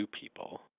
people